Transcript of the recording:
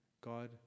God